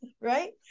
Right